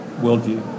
worldview